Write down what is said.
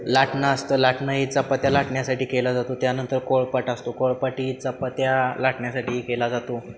लाटणं असतं लाटणं ही चपात्या लाटण्यासाठी केला जातो त्यानंतर पोळपट असतो पोळपट ही चपात्या लाटण्यासाठी केला जातो